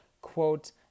quote